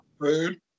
food